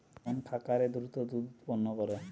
কোন খাকারে দ্রুত দুধ উৎপন্ন করে?